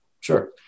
Sure